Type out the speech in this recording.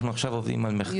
אנחנו עובדים עכשיו על מחקר.